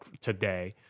today